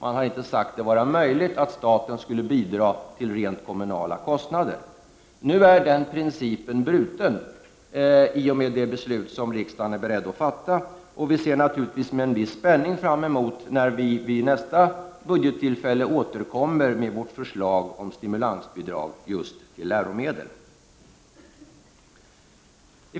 Man har inte ansett det vara möjligt att staten skulle bidra när det gäller rent kommunala kostnader. Nu är den principen så att säga bruten i och med det beslut som riksdagen är beredd att fatta. Vi ser naturligtvis med viss spänning fram emot nästa budgettillfälle, då vi kan återkomma med vårt förslag till stimulansbidrag till just läromedel.